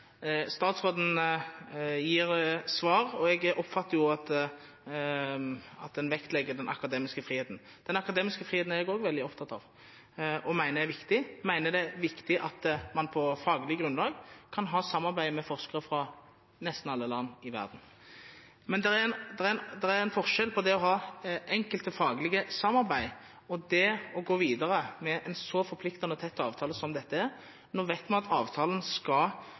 Statsråden gir svar, og jeg oppfatter at en vektlegger den akademiske friheten. Den akademiske friheten er jeg også veldig opptatt av, og jeg mener det er viktig at man på faglig grunnlag kan ha samarbeid med forskere fra nesten alle land i verden. Men det er en forskjell på det å ha enkelte faglige samarbeid og det å gå videre med en så forpliktende og tett avtale som dette. Nå vet vi at avtalen skal